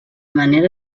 manera